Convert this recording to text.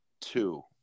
two